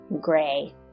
gray